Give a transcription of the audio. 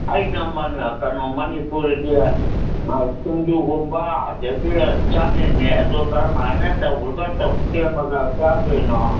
ꯑꯩ ꯑꯃꯅ ꯀꯩꯅꯣ ꯃꯅꯤꯄꯨꯔꯒꯤ ꯁꯤꯡꯖꯨꯒꯨꯝꯕ ꯑꯗꯒꯤ ꯆꯥꯅꯤꯡꯉꯦ ꯑꯗꯣ ꯀꯔꯝꯃꯥꯏꯅ ꯇꯧꯔꯒ ꯁꯦꯝꯃꯒ ꯆꯥꯗꯣꯏꯅꯣ